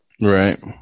Right